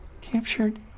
Captured